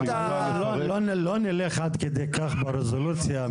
מיכאל, לא נלך עד כדי כך לרזולוציה הזו.